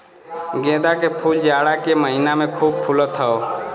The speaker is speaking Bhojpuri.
गेंदा के फूल जाड़ा के महिना में खूब फुलत हौ